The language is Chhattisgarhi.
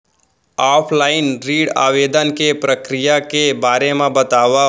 ऑफलाइन ऋण आवेदन के प्रक्रिया के बारे म बतावव?